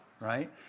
right